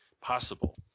possible